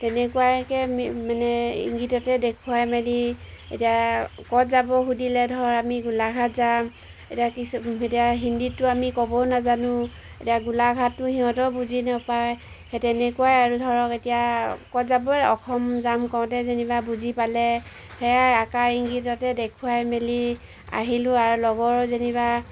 তেনেকুৱাকৈ মানে ইংগীততে দেখুৱাই মেলি এতিয়া ক'ত যাব সুধিলে ধৰ আমি গোলাঘাট যাম এতিয়া কিছু এতিয়া হিন্দীতটো আমি ক'বও নাজানো এতিয়া গোলাঘাটটো সিহঁতেও বুজি নাপায় সেই তেনেকুৱাই আৰু ধৰক এতিয়া ক'ত যাবই অসম যাম কওঁতে যেনিবা বুজি পালে সেয়াই আকাৰ ইংগীততে দেখুৱাই মেলি আহিলোঁ আৰু লগৰো যেনিবা